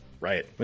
Right